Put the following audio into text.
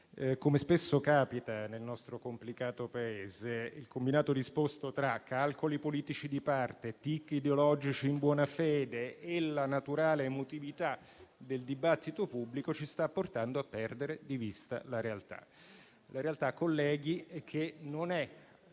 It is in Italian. Come spesso capita nel nostro complicato Paese, il combinato disposto tra calcoli politici di parte, tic ideologici in buona fede e la naturale emotività del dibattito pubblico ci sta portando a perdere di vista la realtà. La realtà, colleghi, è che non